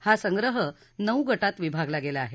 हा संग्रह नऊ गटात विभागला गेला आहे